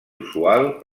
usual